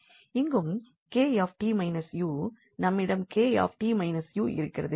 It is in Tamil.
இங்கும் 𝐾𝑡 − 𝑢 நம்மிடம் 𝐾𝑡 − 𝑢 இருக்கிறது